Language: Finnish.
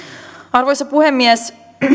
arvoisa puhemies